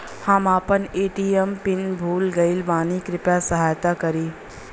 हम आपन ATM pin भूल गईल बानी कृपया सहायता करी